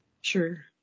sure